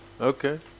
Okay